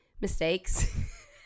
mistakes